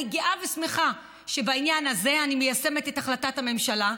אני גאה ושמחה שבעניין הזה אני מיישמת את החלטת הממשלה,